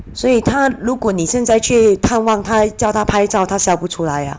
所以她如果你现在去探望她叫她拍照她笑不出来 ah